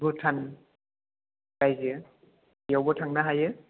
भुटान रायजो बेवबो थांनो हायो